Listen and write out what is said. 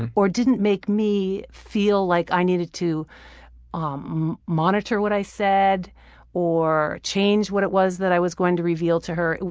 and or didn't make me feel like i needed to um monitor what i said or change what it was that i was going to reveal to her.